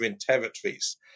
territories